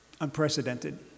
unprecedented